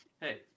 Hey